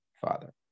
father